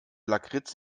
lakritz